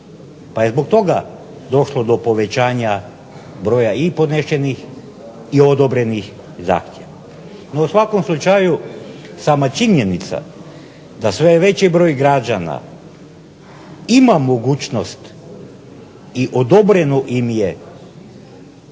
pa je zbog toga došlo do povećanja broja i podnesenih i odobreni zahtjeva. No u svakom slučaju sama činjenica da sve veći broj građana ima mogućnost i odobreno im je korištenje